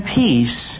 peace